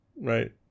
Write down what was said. Right